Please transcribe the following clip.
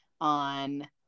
on